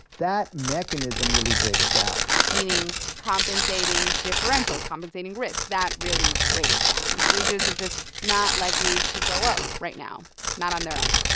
that mechanism really breaks down meaning compensating differentials, compensating risk that really breaks down. wages are just not likely to go up right now not on their own.